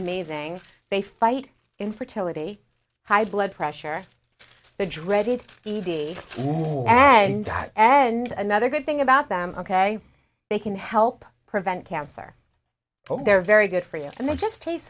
amazing they fight infertility high blood pressure the dreaded t v and and another good thing about them ok they can help prevent cancer they're very good for you and they just taste